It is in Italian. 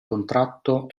contratto